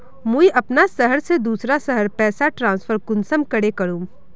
मुई अपना शहर से दूसरा शहर पैसा ट्रांसफर कुंसम करे करूम?